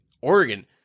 Oregon